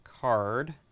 card